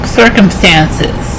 circumstances